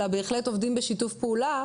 אלא בהחלט עובדים בשיתוף פעולה